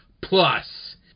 plus